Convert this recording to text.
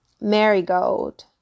marigold